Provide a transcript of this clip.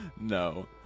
no